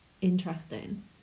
interesting